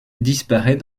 disparaît